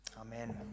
Amen